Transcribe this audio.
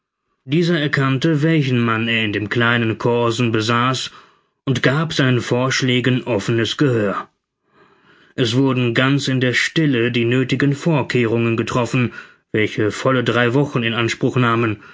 dieser erkannte welchen mann er in dem kleinen corsen besaß und gab seinen vorschlägen offenes gehör es wurden ganz in der stille die nöthigen vorkehrungen getroffen welche volle drei wochen in anspruch nahmen